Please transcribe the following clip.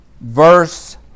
verse